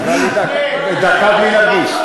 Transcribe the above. עברה לי דקה בלי להרגיש.